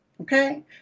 okay